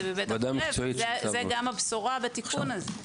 בבית החולה וזו גם הבשורה בתיקון הזה.